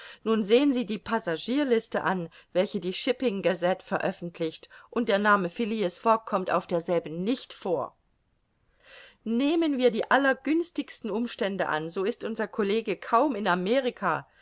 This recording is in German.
nun sehen sie die passagierliste an welche die shipping gazette veröffentlicht und der name phileas fogg kommt auf derselben nicht vor nehmen wir die